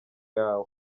yawe